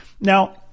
Now